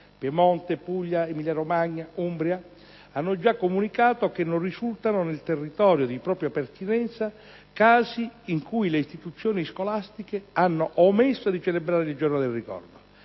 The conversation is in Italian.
(Piemonte, Puglia, Emilia-Romagna, Umbria) hanno già comunicato che non risultano nel territorio di propria pertinenza casi in cui le istituzioni scolastiche hanno omesso di celebrare il «Giorno del ricordo»;